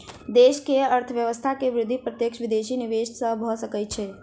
देश के अर्थव्यवस्था के वृद्धि प्रत्यक्ष विदेशी निवेश सॅ भ सकै छै